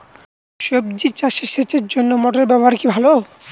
সবজি চাষে সেচের জন্য মোটর ব্যবহার কি ভালো?